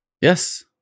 Yes